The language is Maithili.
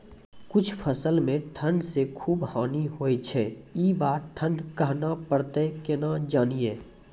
कुछ फसल मे ठंड से खूब हानि होय छैय ई बार ठंडा कहना परतै केना जानये?